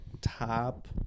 top